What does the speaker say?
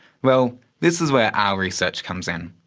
well, this is where our research comes in.